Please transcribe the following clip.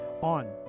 on